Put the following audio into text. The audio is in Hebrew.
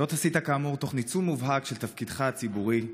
זאת "עשית כאמור תוך ניצול מובהק של תפקידך הציבורי,